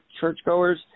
churchgoers –